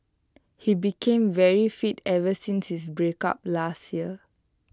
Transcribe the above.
he became very fit ever since his breakup last year